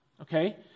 Okay